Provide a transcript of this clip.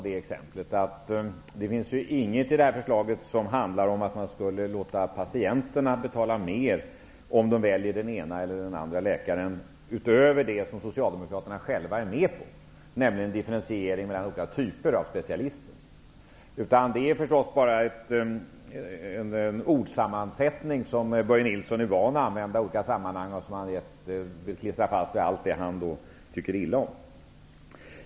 Det finns inget i detta förslag som innebär att patienterna skall få betala mer om de väljer den ena eller den andra läkaren utöver det som Socialdemokraterna själva är med på, nämligen en differentiering mellan olika typer av specialister. De ordsammansättningar som Börje Nilsson använder är förstås sådana som han är van vid att använda i olika sammanhang och som han klistrar fast vid allt han tycker illa om.